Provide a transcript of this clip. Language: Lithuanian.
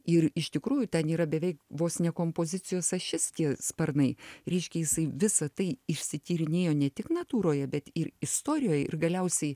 ir iš tikrųjų ten yra beveik vos ne kompozicijos ašis tie sparnai reiškia jisai visa tai išsityrinėjo ne tik natūroje bet ir istorijoj ir galiausiai